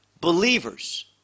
Believers